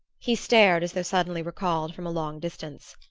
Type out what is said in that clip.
he stared, as though suddenly recalled from a long distance.